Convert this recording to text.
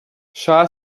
shah